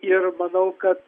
ir manau kad